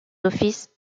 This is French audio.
offices